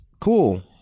Cool